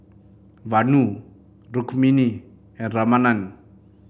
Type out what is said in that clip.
Vanu Rukmini and Ramanand